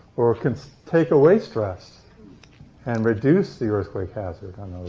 or it can take away stress and reduce the earthquake hazard